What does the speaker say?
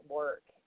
work